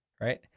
Right